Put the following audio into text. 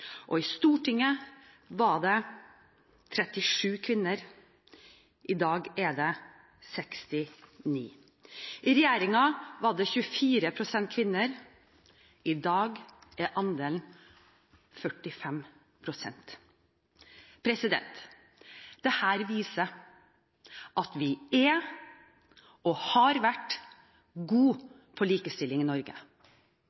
I Stortinget var det 37 kvinner, i dag er det 69. I regjeringen var det 24 pst. kvinner, i dag er andelen 45 pst. Dette viser at vi er, og har vært,